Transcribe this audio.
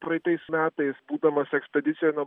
praeitais metais būdamas ekspedicijoje nuo